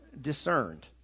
discerned